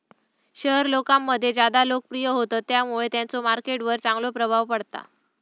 share लोकांमध्ये ज्यादा लोकप्रिय होतत त्यामुळे त्यांचो मार्केट वर चांगलो प्रभाव पडता